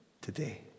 today